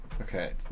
Okay